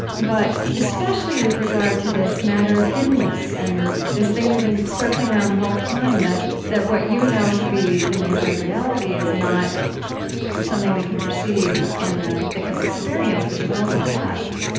but, especially with regard to this matter of hiddenness, and this thing we've been circling around the whole time that that what you know to be the nature of reality is not something we can perceive in the thick of experience, which is all we have